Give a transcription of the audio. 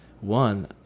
one